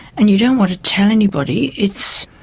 and you don't want to tell anybody. it's